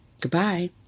Goodbye